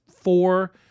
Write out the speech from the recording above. four